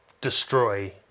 destroy